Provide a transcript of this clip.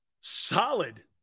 Solid